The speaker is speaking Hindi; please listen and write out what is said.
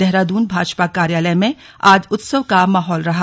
देहरादून भाजपा कार्यालय में आज उत्सव का माहौल बना रहा